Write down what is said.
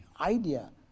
idea